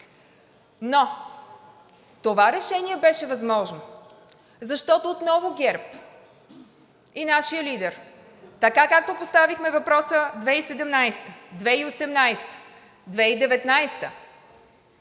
Но това решение беше възможно, защото отново ГЕРБ и нашият лидер, както поставихме въпроса през 2017 г., 2018